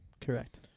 correct